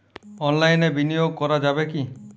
অনলাইনে বিনিয়োগ করা যাবে কি?